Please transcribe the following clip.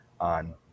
on